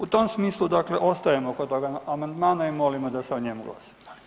U tom smislu dakle ostajemo kod toga amandmana i molimo da se o njemu glasa.